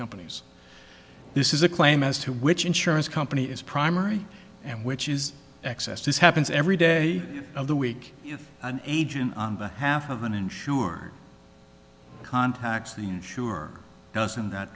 companies this is a claim as to which insurance company is primary and which is excess this happens every day of the week if an agent on behalf of an insurer contacts the insurer doesn't that